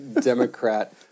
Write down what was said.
Democrat